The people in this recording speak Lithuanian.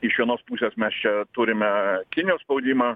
iš vienos pusės mes čia turime kinijos spaudimą